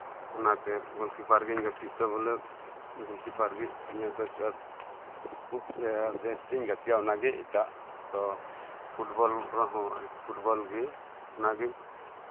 ᱚᱱᱟᱛᱮ ᱜᱳᱞᱠᱤᱯᱟᱨ ᱜᱤᱧ ᱜᱟᱛᱮᱜ ᱛᱮ ᱵᱚᱞᱮ ᱜᱳᱞᱠᱤᱯᱟᱨ ᱜᱮ ᱵᱮᱥᱴ ᱤᱧ ᱜᱟᱛᱮᱜᱼᱟ ᱚᱱᱟᱜᱮ ᱮᱴᱟᱜ ᱫᱚ ᱯᱷᱩᱴᱵᱚᱞ ᱨᱮᱦᱚᱸ ᱯᱷᱩᱴᱵᱚᱞ ᱚᱱᱟᱜᱮ